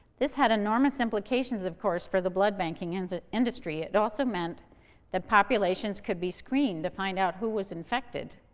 this had enormous implications, of course, for the blood banking and industry. it also meant that populations could be screened to find out who was infected.